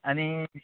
आनी